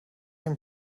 and